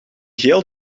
geel